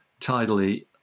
tidally